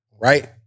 right